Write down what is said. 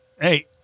Hey